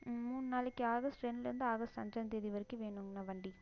மூணு நாளைக்கு ஆகஸ்ட் ரெண்ட்லேருந்து ஆகஸ்ட் அஞ்சாந்தேதி வரைக்கும் வேணுங்ண்ணா வண்டி